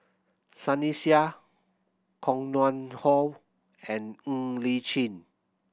Sunny Sia Koh Nguang How and Ng Li Chin